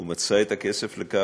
הוא מצא את הכסף לכך,